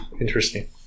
interesting